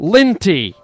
Linty